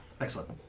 Excellent